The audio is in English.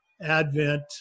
advent